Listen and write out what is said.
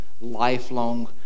lifelong